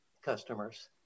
customers